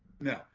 no